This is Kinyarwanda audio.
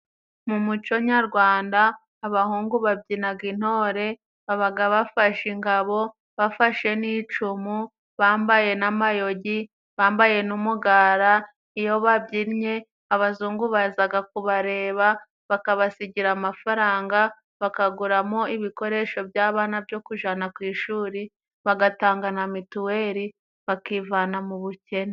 Mu muco nyarwanda abahungu babyinaga intore babaga bafashe ingabo, bafashe n'icumu ,bambaye n'amayogi ,bambaye n'umugara. Iyo babyinnye abazungu bazaga kubareba bakabasigira amafaranga bakaguramo ibikoresho by'abana byo kujana ku ishuri, bagatanga na mituweli bakivana mu bukene.